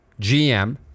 GM